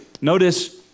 Notice